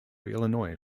illinois